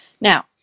Now